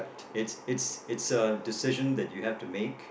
it's it's it's a decision that you have to make